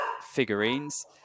figurines